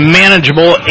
manageable